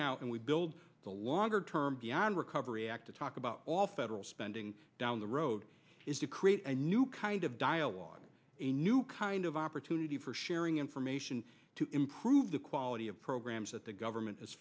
now and we build the longer term beyond recovery act to talk about all federal spending down the road is to create a new kind of dialogue a new kind of opportunity for sharing information to improve the quality of programs that the government is